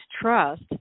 trust